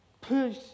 push